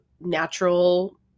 natural